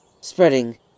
spreading